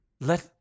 let